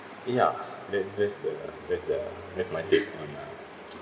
ya that that's the that's the that's my take on